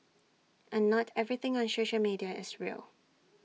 and not everything on social media is real